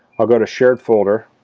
i'll go to shared folder